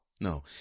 no